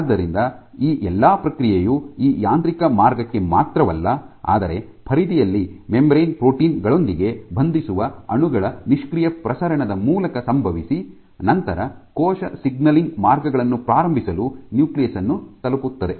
ಆದ್ದರಿಂದ ಈ ಎಲ್ಲಾ ಪ್ರಕ್ರಿಯೆಯು ಈ ಯಾಂತ್ರಿಕ ಮಾರ್ಗಕ್ಕೆ ಮಾತ್ರವಲ್ಲ ಆದರೆ ಪರಿಧಿಯಲ್ಲಿ ಮೆಂಬರೇನ್ ಪ್ರೋಟೀನ್ ಗಳೊಂದಿಗೆ ಬಂಧಿಸುವ ಅಣುಗಳ ನಿಷ್ಕ್ರಿಯ ಪ್ರಸರಣದ ಮೂಲಕ ಸಂಭವಿಸಿ ನಂತರ ಕೋಶ ಸಿಗ್ನಲಿಂಗ್ ಮಾರ್ಗಗಳನ್ನು ಪ್ರಾರಂಭಿಸಲು ನ್ಯೂಕ್ಲಿಯಸ್ ಅನ್ನು ತಲುಪುತ್ತದೆ